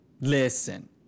listen